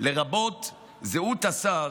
לרבות זהות השר